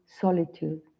solitude